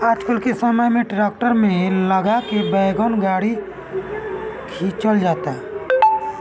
आजकल के समय ट्रैक्टर में लगा के वैगन गाड़ी खिंचल जाता